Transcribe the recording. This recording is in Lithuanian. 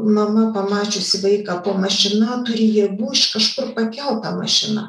mama pamačiusi vaiką po mašina turi jėgų iš kažkur pakelt tą mašiną